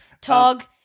Tog